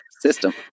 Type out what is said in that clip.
system